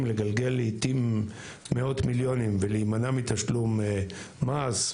לגלגל לעיתים מאות מיליונים ולהימנע מתשלום מס,